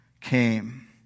came